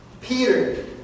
Peter